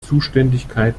zuständigkeit